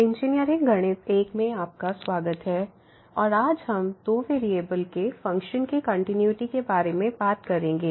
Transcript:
engineering गणित 1 में आपका स्वागत है और आज हम दो वेरिएबल के फ़ंक्शन की कंटिन्यूटी के बारे में बात करेंगे